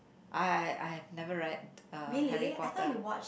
I I I have never read uh Harry-Potter